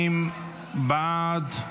22 בעד,